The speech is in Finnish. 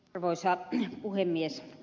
arvoisa puhemies